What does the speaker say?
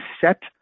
set